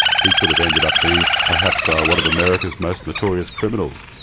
he could have ended up being perhaps ah one of america's most notorious criminals.